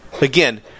again